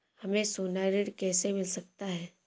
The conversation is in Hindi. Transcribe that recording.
हमें सोना ऋण कैसे मिल सकता है?